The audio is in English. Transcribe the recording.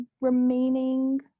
remaining